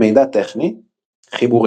מידע טכני חיבורים